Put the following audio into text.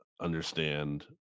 understand